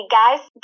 guys